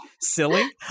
silly